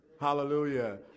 Hallelujah